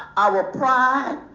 our pride,